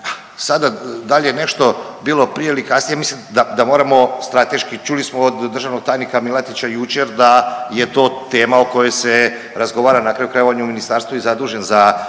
Sada da li je nešto bilo prije ili kasnije mislim da moramo strateški, čuli smo od državnog tajnika Milatića jučer da je to tema o kojoj se razgovara, na kraju krajeva on je u ministarstvu i zadužen za